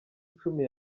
icumi